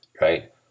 right